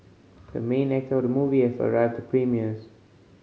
the main actor of the movie has arrived the premieres